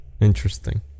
Interesting